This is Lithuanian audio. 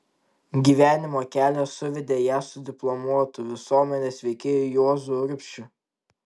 gyvenimo kelias suvedė ją su diplomuotu visuomenės veikėju juozu urbšiu